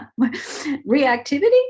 Reactivity